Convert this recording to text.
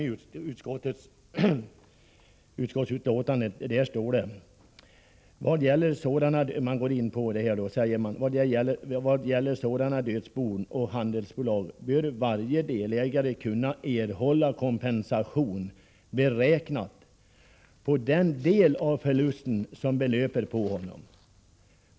I utskottets betänkande står det emellertid på s. 5: ”Vad gäller sådana dödsbon och handelsbolag bör varje delägare kunna erhålla kompensation beräknat på den del av förlusten som belöper på honom.